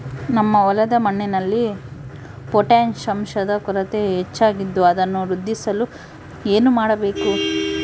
ನಮ್ಮ ಹೊಲದ ಮಣ್ಣಿನಲ್ಲಿ ಪೊಟ್ಯಾಷ್ ಅಂಶದ ಕೊರತೆ ಹೆಚ್ಚಾಗಿದ್ದು ಅದನ್ನು ವೃದ್ಧಿಸಲು ಏನು ಮಾಡಬೇಕು?